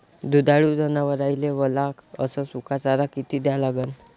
दुधाळू जनावराइले वला अस सुका चारा किती द्या लागन?